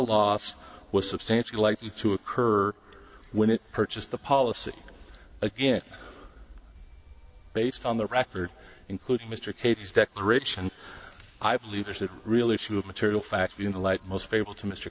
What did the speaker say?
loss was substantially likely to occur when it purchased the policy again based on the record including mr katie's declaration i believe there's a real issue of material facts in the light most favorable to mr